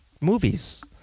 movies